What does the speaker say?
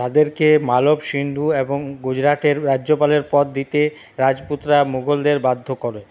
তাদেরকে মালব সিন্ধু এবং গুজরাটের রাজ্যপালের পদ দিতে রাজপুতরা মুঘলদের বাধ্য করে